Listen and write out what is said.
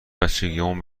بچگیهامون